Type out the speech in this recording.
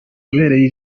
abereye